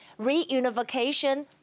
reunification